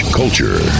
culture